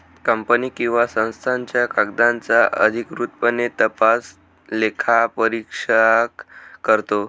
company किंवा संस्थांच्या कागदांचा अधिकृतपणे तपास लेखापरीक्षक करतो